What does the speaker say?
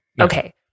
Okay